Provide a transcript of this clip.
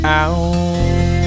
out